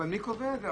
אבל מי קובע את זה?